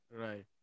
right